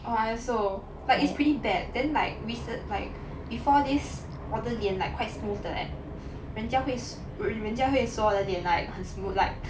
oh I also like it's pretty bad then like recent~ like before this 我的脸 like quite smooth 的 leh 人家会人家会说我的脸 like 很 smooth like